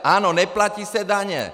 Ano, neplatí se daně.